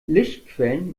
lichtquellen